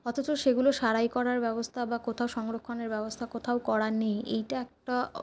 অথচ সেগুলো সারাই করার ব্যবস্থা বা কোথাও সংরক্ষণের ব্যবস্থা কোথাও করা নেই এইটা একটা